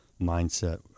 mindset